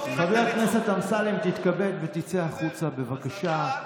חבר הכנסת אמסלם, תתכבד ותצא החוצה, בבקשה.